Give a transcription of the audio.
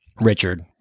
Richard